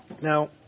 now